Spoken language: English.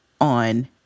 on